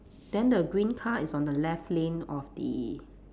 then the green car is on the left lane of the